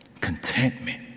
contentment